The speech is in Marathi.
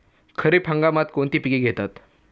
खरीप हंगामात कोणती पिके घेतात?